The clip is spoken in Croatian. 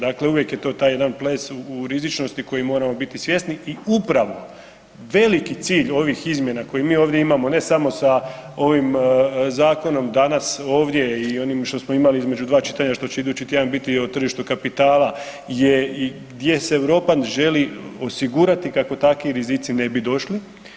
Dakle, uvijek je to taj jedan ples u rizičnosti kojeg moramo biti svjesni i upravo veliki cilj ovih izmjena koje mi ovdje imamo ne samo sa ovim zakonom danas ovdje i onim što smo imali između dva čitanja, što će idući tjedan biti o tržištu kapitala je gdje se Europa želi osigurati kako takvi rizici ne bi došli.